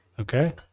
Okay